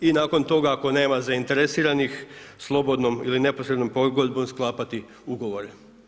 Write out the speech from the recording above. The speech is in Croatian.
I nakon toga ako nema zainteresiranih slobodnom ili neposrednom pogodbom sklapati ugovore.